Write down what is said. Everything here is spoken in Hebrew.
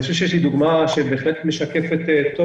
אני חושב שיש לי דוגמה שבהחלט משקפת טוב